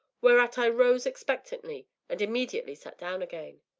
whereat i rose expectantly, and immediately sat down again.